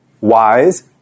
wise